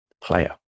player